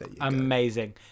Amazing